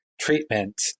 treatment